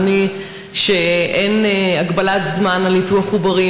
אדוני, שאין הגבלת זמן לניתוח עוברים.